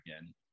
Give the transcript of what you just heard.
again